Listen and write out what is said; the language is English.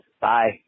bye